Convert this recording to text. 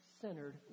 Centered